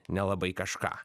nelabai kažką